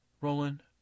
Roland